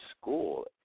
School